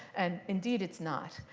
and indeed it's not.